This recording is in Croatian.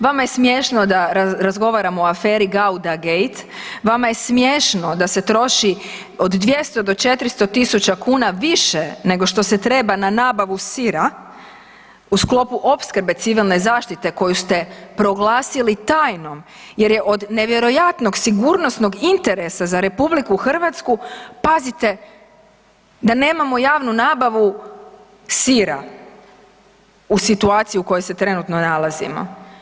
Vama je smiješno da razgovaramo o aferi Gauda gate, vama je smiješno da se troši od 200 do 400 tisuća kuna više nego što se treba na nabavu sira u sklopu opskrbe Civilne zaštite koju ste proglasili tajnom, jer je od nevjerojatnog sigurnosnog interesa za Republiku Hrvatsku, pazite, da nemamo javnu nabavu sira u situaciji u kojoj se trenutno nalazimo.